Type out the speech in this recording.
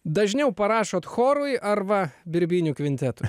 dažniau parašot chorui arba birbynių kvintetui